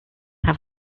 have